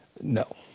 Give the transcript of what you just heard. No